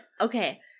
Okay